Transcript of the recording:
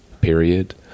period